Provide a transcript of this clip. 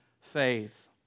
faith